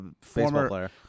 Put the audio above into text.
former